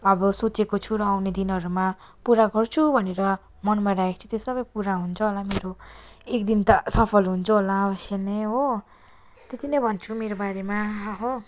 अब सोचेको छु र आउने दिनहरूमा पुरा गर्छु भनेर मनमा राखेको छु त्यो सबै पुरा हुन्छ होला मेरो एक दिन त सफल हुन्छु होला अवश्य नै हो त्यति नै भन्छु मेरो बारेमा हो